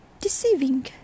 Deceiving